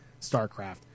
StarCraft